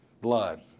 blood